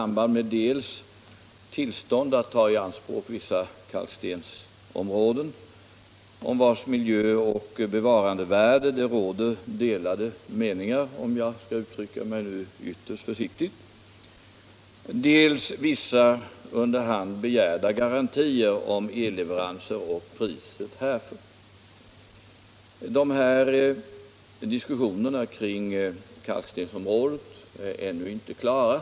Jag tror inte att det är obekant för någon av de ärade Mars och Limmatalare som nu har hållit anföranden att Cementa planerat en utomor = reds glasbruk denligt omfattande investering på Gotland och att denna utbyggnad har ett direkt samband med dels tillstånd att ta i anspråk vissa kalkstensområden rörande vilkas miljöoch bevarandevärde det råder delade meningar, om jag nu skall uttrycka mig ytterst försiktigt, dels vissa under hand begärda garantier om elleveranser och priset härför. Diskussionerna kring kalkstensområdena är ännu inte klara.